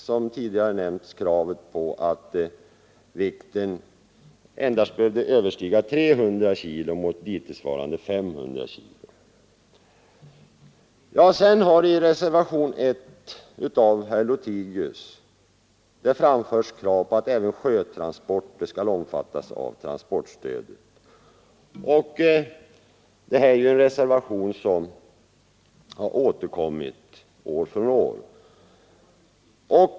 Slutligen I reservationen 1 av herr Lothigius m.fl. har framförts krav på att även sjötransporter skall omfattas av transportstödet. Detta är en reservation som har återkommit år efter år.